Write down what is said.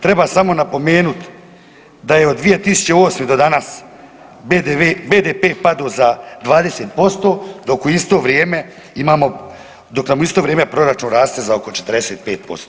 Treba samo napomenut da je od 2008. do danas BDP padao za 20% dok u isto vrijeme imamo, dok nam u isto vrijeme proračun raste za oko 45%